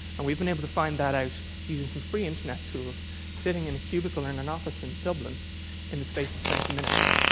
and we've been able to find that out using some free internet tools sitting in a cubicle in an office in dublin in the space of twenty minutes.